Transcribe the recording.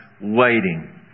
Waiting